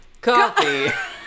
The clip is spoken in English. coffee